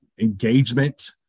engagement